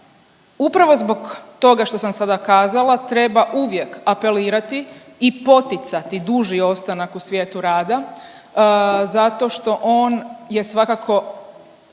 Upravo zbog toga što sam sada kazala treba uvijek apelirati i poticati duži ostanak u svijetu rada zato što on je svakako